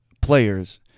players